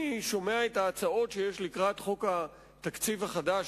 אני שומע את ההצעות שיש לקראת חוק התקציב החדש,